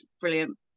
brilliant